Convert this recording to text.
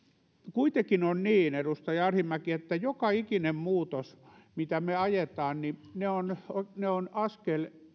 kuitenkin on niin edustaja arhinmäki että joka ikinen muutos mitä me ajamme on